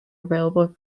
available